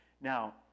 Now